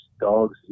dogs